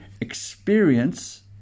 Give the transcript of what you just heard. experience